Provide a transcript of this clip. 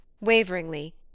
waveringly